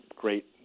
great